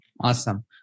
Awesome